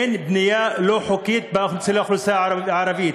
אין בנייה לא חוקית באוכלוסייה הערבית.